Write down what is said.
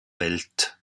welt